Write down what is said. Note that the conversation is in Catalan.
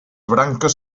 branques